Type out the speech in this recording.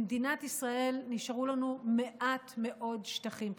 במדינת ישראל נשארו לנו מעט מאוד שטחים פתוחים.